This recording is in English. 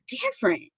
different